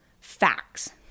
facts